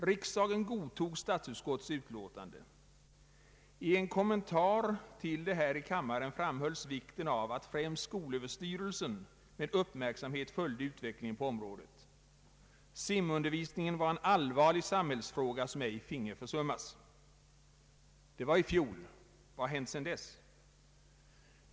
Riksdagen godtog statsutskottets utlåtande. I en kommentar till det här i kammaren framhölls vikten av att främst skolöverstyrelsen med uppmärksamhet följde utvecklingen på området. Simundervisningen var en allvarlig samhällsfråga som ej finge försummas. Det var i fjol. Vad har hänt sedan dess?